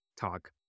talk